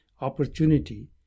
opportunity